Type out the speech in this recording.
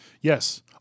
Yes